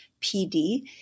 PD